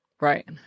Right